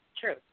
True